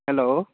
hello